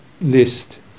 list